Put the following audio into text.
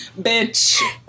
bitch